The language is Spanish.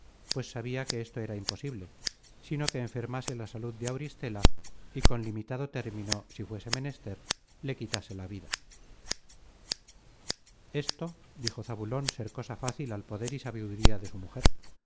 pues sabia que esto era imposible sino que enfermase la salud de auristela y con limitado término si fuese menester le quitase la vida esto dijo zabulon ser cosa fácil al poder y sabiduría de su mujer